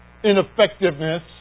Ineffectiveness